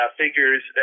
figures